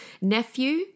Nephew